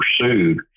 pursued